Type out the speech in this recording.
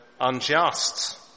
unjust